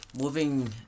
Moving